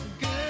Girl